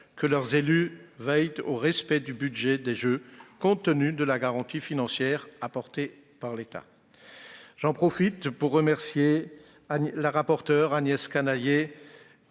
que leurs élus veillent au respect du budget des Jeux, compte tenu de la garantie financière apportée par l'État. Je terminerai en remerciant Mme la rapporteure Agnès Canayer,